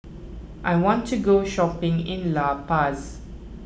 I want to go shopping in La Paz